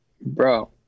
bro